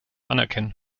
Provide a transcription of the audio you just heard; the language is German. anerkennen